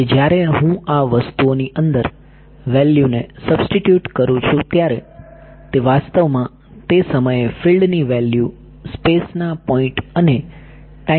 તેથી જ્યારે હું આ વસ્તુઓની અંદર વેલ્યૂને સબ્સ્ટિટ્યુટ કરું છું ત્યારે તે વાસ્તવમાં તે સમયે ફિલ્ડની વેલ્યૂ સ્પેસ ના પોઈન્ટ અને ટાઈમના પોઈન્ટ યોગ્ય હોવા જોઈએ